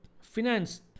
finance